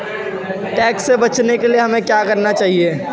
Tax से बचने के लिए हमें क्या करना चाहिए?